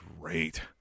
great